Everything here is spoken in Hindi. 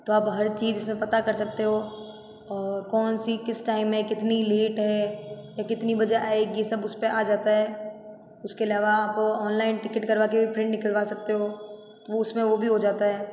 तो आप हर चीज़ पता कर सकते हो और कौन सी किस टाइम में कितनी लेट है या कितने बजे आएगी ये सब उस पर आ जाता है उसके अलावा आप ऑनलाइन टिकट करवा के भी प्रिंट निकलवा सकते हो तो उसमें वो भी हो जाता है